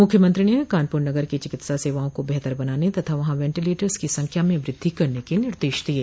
मुख्यमंत्री ने कानपुर नगर की चिकित्सा सेवाओं को बेहतर बनाने तथा वहां वेंटीलेटर्स की संख्या में वुद्धि करने के निर्देश दिये